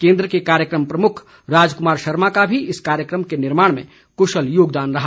केन्द्र के कार्यक्रम प्रमुख राजकुमार शर्मा का भी इस कार्यक्रम के निर्माण में कुशल योगदान रहा